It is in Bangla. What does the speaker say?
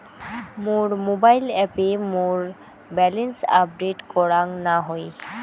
মোর মোবাইল অ্যাপে মোর ব্যালেন্স আপডেট করাং না হই